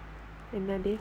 என்னடி:ennadi